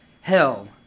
hell